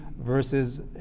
versus